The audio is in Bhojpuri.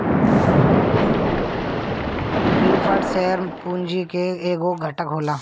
प्रिफर्ड शेयर पूंजी के एगो घटक होला